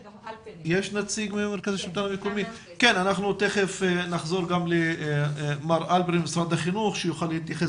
מיד נחזור לנציג משרד החינוך שיוכל להתייחס